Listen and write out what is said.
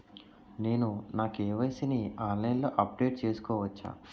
నేను నా కే.వై.సీ ని ఆన్లైన్ లో అప్డేట్ చేసుకోవచ్చా?